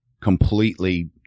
completely